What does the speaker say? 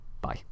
Bye